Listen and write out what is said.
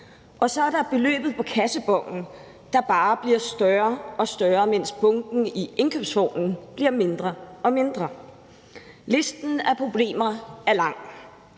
Og så er der beløbet på kassebonen, der bare bliver større og større, mens bunken i indkøbsvognen bliver mindre og mindre. Listen af problemer er lang,